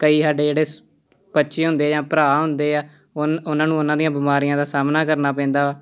ਕਈ ਸਾਡੇ ਜਿਹੜੇ ਸ ਬੱਚੇ ਹੁੰਦੇ ਜਾਂ ਭਰਾ ਹੁੰਦੇ ਆ ਉਨ ਉਹਨਾਂ ਨੂੰ ਉਹਨਾਂ ਦੀਆਂ ਬਿਮਾਰੀਆਂ ਦਾ ਸਾਹਮਣਾ ਕਰਨਾ ਪੈਂਦਾ ਵਾ